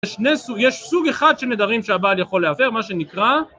יש סוג אחד של נדרים שהבעל יכול להפר, מה שנקרא